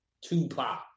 Tupac